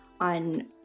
on